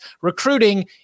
recruiting